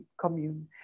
commune